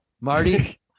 Marty